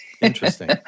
Interesting